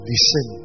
Listen